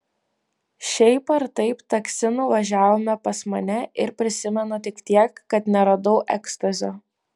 šiaip ar taip taksi nuvažiavome pas mane ir prisimenu tik tiek kad neradau ekstazio